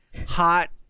hot